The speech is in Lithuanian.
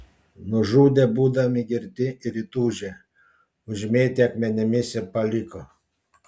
nužudė būdami girti ir įtūžę užmėtė akmenimis ir paliko